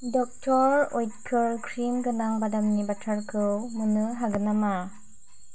doctor अत्कार cream गोनां बादामनि बाटारखौ मोन्नो हागोन नामा